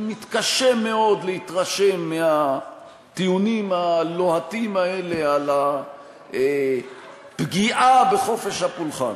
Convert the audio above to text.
אני מתקשה מאוד להתרשם מהטיעונים הלוהטים האלה על הפגיעה בחופש הפולחן.